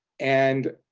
and